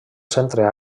centre